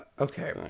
Okay